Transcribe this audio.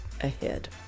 ahead